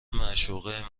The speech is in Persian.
معشوقه